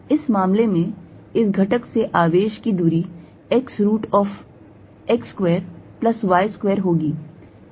इस मामले में इस घटक से आवेश की दूरी square root of x square plus y square होगी